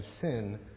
sin